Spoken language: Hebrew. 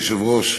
אדוני היושב-ראש,